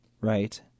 right